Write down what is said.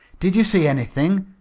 did you see anything?